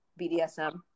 bdsm